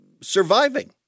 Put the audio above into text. surviving